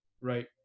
right